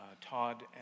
Todd